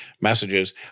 messages